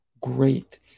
Great